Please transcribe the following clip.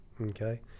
okay